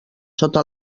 sota